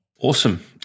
Awesome